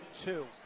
two